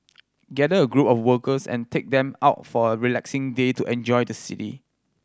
gather a group of workers and take them out for a relaxing day to enjoy the city